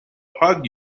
hug